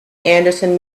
anderson